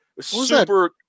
Super